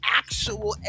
actual